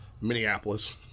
Minneapolis